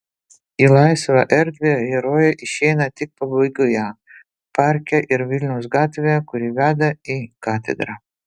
į laisvą erdvę herojai išeina tik pabaigoje parke ir vilniaus gatvėje kuri veda į katedrą